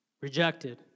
Rejected